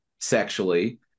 sexually